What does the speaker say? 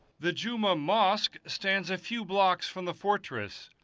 the dzhuma mosque stands a few blocks from the fortress.